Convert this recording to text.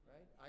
Right